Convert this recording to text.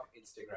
Instagram